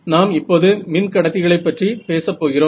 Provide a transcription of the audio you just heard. நாம் இப்போது மின் கடத்தி களைப்பற்றி பேசப்போகிறோம்